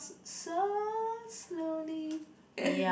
so slowly